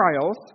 trials